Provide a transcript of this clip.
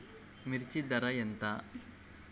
మిర్చి ధర ఎంత?